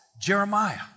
Jeremiah